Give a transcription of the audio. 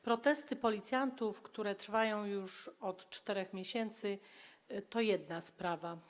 Protesty policjantów, które trwają już od 4 miesięcy, to jedna sprawa.